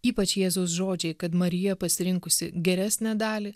ypač jėzaus žodžiai kad marija pasirinkusi geresnę dalį